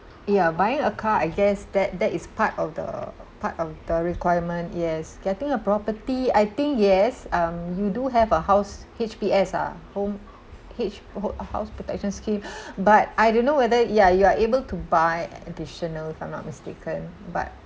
ya buying a car I guess that that is part of the part of the requirement yes getting a property I think yes um you do have a house H_P_S ah home H hom~ house protection scheme but I don't know whether ya you are able to buy additional if I'm not mistaken but